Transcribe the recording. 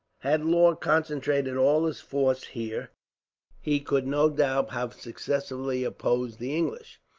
had law concentrated all his force here he could, no doubt, have successfully opposed the english.